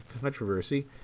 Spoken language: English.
controversy